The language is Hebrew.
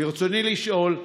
ברצוני לשאול: